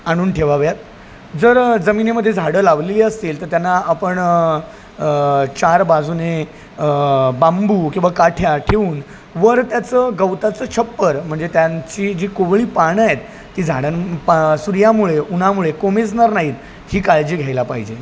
आणून ठेवाव्यात जर जमिनीमध्ये झाडं लावली असतील तर त्यांना आपण चार बाजूने बांबू किंवा काठ्या ठेवून वर त्याचं गवताचं छप्पर म्हणजे त्यांची जी कोवळी पानं आहेत ती झाडां पा सूर्यामुळे उन्हामुळे कोमेजणार नाहीत ही काळजी घ्यायला पाहिजे